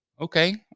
Okay